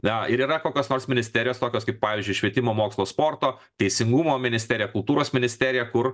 na ir yra kokios nors ministerijos tokios kaip pavyzdžiui švietimo mokslo sporto teisingumo ministerija kultūros ministerija kur